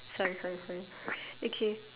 sorry sorry sorry okay